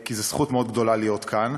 כי זו זכות מאוד גדולה להיות כאן.